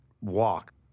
walk